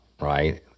right